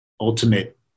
ultimate